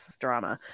drama